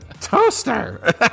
toaster